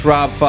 Rob